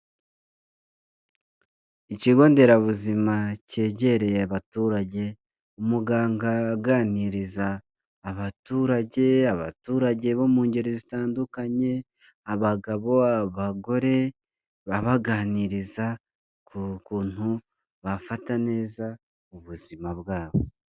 Ikigonderabuzima cyegereye abaturage, umuganga aganiriza abaturage, abaturage bo mu ngeri zitandukanye, abagabo, abagore, babaganiriza ku kuntu bafata neza ubuzima bwabo.